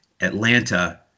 Atlanta